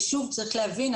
צריך להבין,